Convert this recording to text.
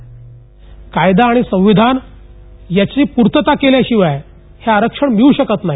ध्वनी कायदा आणि संविधान याची पूर्तता केल्याशिवाय हे आरक्षण मिळू शकत नाही